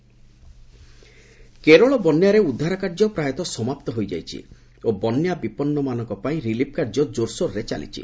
Kerala flood Kerala ବନ୍ୟାରେ ଉଦ୍ଧାର କାର୍ଯ୍ୟ ପ୍ରାୟତଃ ସମାପ୍ତ ହୋଇଯାଇଛି ଓ ବନ୍ୟାବିପନ୍ନମାନଙ୍କ ପାଇଁ ରିଲିଫ୍ କାର୍ଯ୍ୟ ଜୋର୍ସୋର୍ରେ ଚାଲିଛି